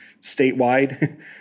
statewide